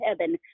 heaven